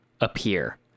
appear